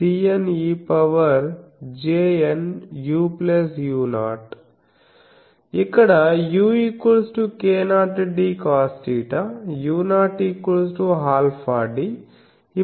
కాబట్టి│F││Σn0 to NCn ejnuu0│ ఇక్కడ u k0dcosθ u0 αd